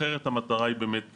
אחרת המטרה היא באמת,